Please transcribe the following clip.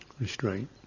Restraint